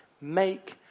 make